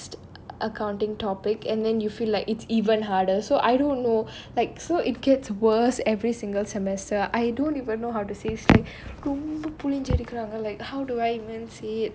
it's a next accounting topic and then you feel like it's even harder so I don't know like so it gets worse every single semester I don't even know how to say this like ரொம்ப புழிஞ்சு எடுக்குறாங்க:romba pulinju edukkuraanga like how do I say it